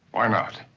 why not?